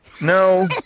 No